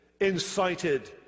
incited